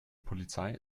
polizei